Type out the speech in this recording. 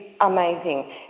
amazing